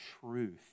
truth